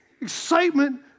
excitement